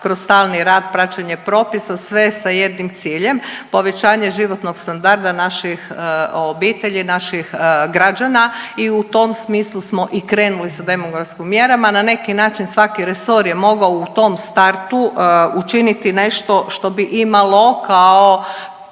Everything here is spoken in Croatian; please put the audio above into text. kroz stalni rad praćenje propisa sve sa jednim ciljem povećanje životnog standarda naših obitelji naših građana i u tom smislu smo i krenuli sa demografskim mjerama, na neki način svaki resor je mogao u tom startu učiniti nešto što bi imalo kao